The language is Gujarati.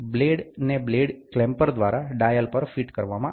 બ્લેડ ને બ્લેડ ક્લેમ્પર દ્વારા ડાયલ પર ફીટ કરવામાં આવે છે